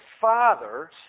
father